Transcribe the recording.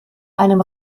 einem